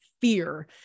fear